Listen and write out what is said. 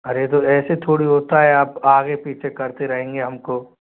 अरे तो ऐसे थोड़ी होता है आप आगे पीछे करते रहेंगे हम को